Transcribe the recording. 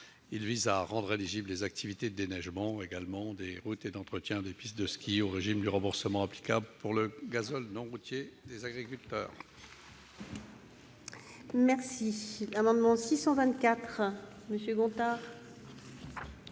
Il tend à rendre éligibles les activités de déneigement des routes et d'entretien des pistes de ski au régime de remboursement applicable pour le gazole non routier des agriculteurs.